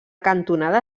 cantonada